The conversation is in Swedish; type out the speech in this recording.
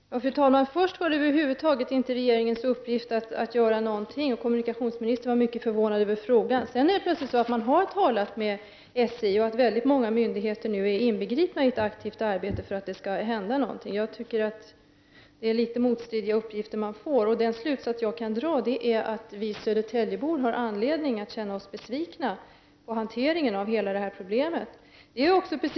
Fru talman! Först var det enligt kommunikationsministern över huvud taget inte regeringens uppgift att göra någonting, och kommunikationsministern var mycket förvånad över frågan. Sedan säger kommunikationsministern plötsligt att regeringen har talat med SJ och att många myndigheter nu är inbegripna i ett aktivt arbete för att något skall hända. Jag tycker att detta är litet motstridiga uppgifter. Den slutsats som jag kan dra är att vi södertäljebor har anledning att känna oss besvikna i fråga om hanteringen av hela detta problem.